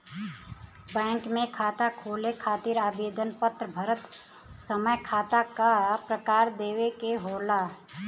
bank में खाता खोले खातिर आवेदन पत्र भरत समय खाता क प्रकार देवे के होला